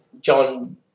John